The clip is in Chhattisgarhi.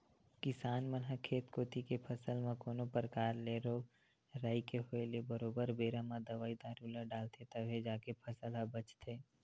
किसान मन ह खेत कोती के फसल म कोनो परकार ले रोग राई के होय ले बरोबर बेरा म दवई दारू ल डालथे तभे जाके फसल ह बचथे